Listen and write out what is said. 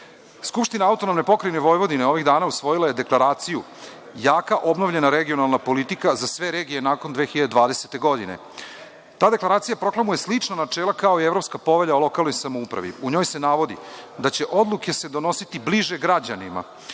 struke. Skupština AP Vojvodine ovih dana usvojila je Deklaraciju „Jaka obnovljena regionalna politika za sve regije nakon 2020. godine“. Ta deklaracija proklamuje slična načela kao Evropska povelja o lokalnoj samoupravi. U njoj se navodi da će se odluke donositi bliže građanima,